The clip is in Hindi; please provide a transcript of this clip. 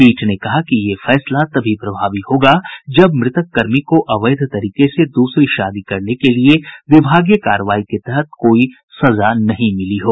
पीठ ने कहा कि यह फैसला तभी प्रभावी होगा जब मृतक कर्मी को अवैध तरीके से दूसरी शादी करने के लिये विभागीय कार्रवाई के तहत कोई सजा नहीं मिली हो